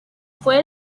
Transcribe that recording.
fue